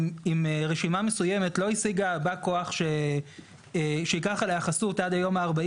אם רשימה מסוימת לא השיגה בא כוח שייקח עליה חסות עד היום ה-40